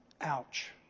Ouch